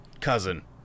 cousin